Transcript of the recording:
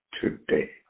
today